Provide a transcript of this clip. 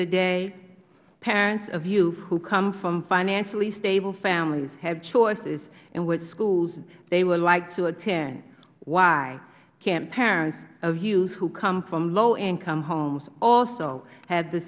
the day parents of youth who come from financially stable families have choices in which schools they would like to attend why can't parents of youth who come from low income homes also have the